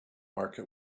market